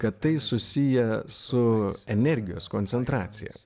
kad tai susiję su energijos koncentracija